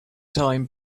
time